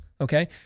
Okay